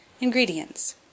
Ingredients